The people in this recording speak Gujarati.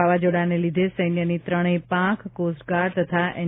વાવાઝોડાંને લીધે સૈન્યની ત્રણેય પાંખ કોસ્ટગાર્ડ તથા એન